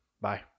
bye